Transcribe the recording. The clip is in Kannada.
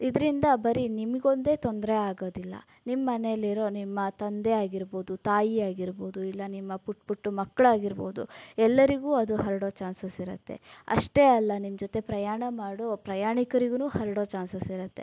ಇದರಿಂದ ಬರೀ ನಿಮಗೊಂದೇ ತೊಂದರೆ ಆಗೋದಿಲ್ಲ ನಿಮ್ಮ ಮನೆಯಲ್ಲಿರೋ ನಿಮ್ಮ ತಂದೆಯಾಗಿರ್ಬೋದು ತಾಯಿಯಾಗಿರ್ಬೋದು ಇಲ್ಲ ನಿಮ್ಮ ಪುಟ್ಟ ಪುಟ್ಟ ಮಕ್ಕಳಾಗಿರ್ಬೋದು ಎಲ್ಲರಿಗೂ ಅದು ಹರಡೋ ಚಾನ್ಸಸ್ ಇರತ್ತೆ ಅಷ್ಟೇ ಅಲ್ಲ ನಿಮ್ಮ ಜೊತೆ ಪ್ರಯಾಣ ಮಾಡೋ ಪ್ರಯಾಣಿಕರಿಗೂ ಹರಡೋ ಚಾನ್ಸಸ್ ಇರತ್ತೆ